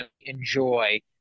enjoy